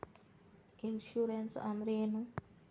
Insurance ಅಂದ್ರ ಏನು?